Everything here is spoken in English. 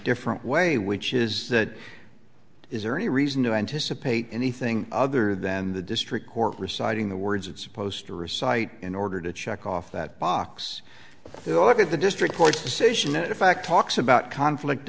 different way which is that is there any reason to anticipate anything other than the district court reciting the words it's supposed to recite in order to check off that box to look at the district court decision in fact talks about conflict